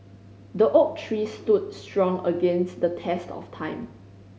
the oak tree stood strong against the test of time